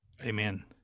Amen